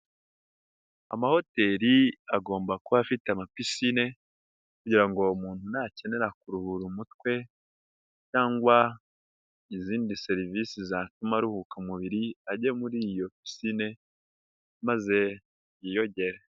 Amahoteri agomba kuba afite ama pisine kugira ngo umuntu nakenera kuruhura umutwe cyangwa izindi serivisi zatuma aruhuka umubiri, ajya muri iyo pisine maze yiyongere.